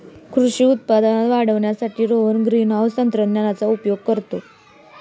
कृषी उत्पादन वाढवण्यासाठी रोहन ग्रीनहाउस तंत्रज्ञानाचा उपयोग करतो